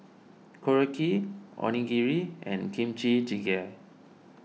Korokke Onigiri and Kimchi Jjigae